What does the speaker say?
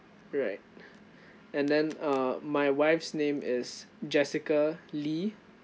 right and then uh my wife's name is jessica lee